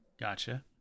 Gotcha